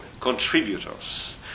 contributors